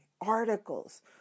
articles